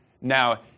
Now